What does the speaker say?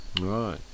Right